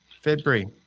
February